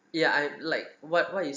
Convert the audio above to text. ya I like what what you